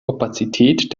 opazität